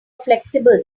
flexible